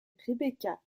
rebecca